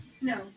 No